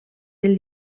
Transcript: del